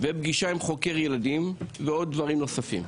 ופגישה עם חוקר ילדים ודברים נוספים.